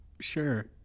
sure